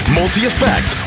multi-effect